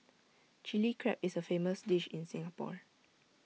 Chilli Crab is A famous dish in Singapore